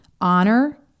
honor